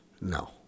No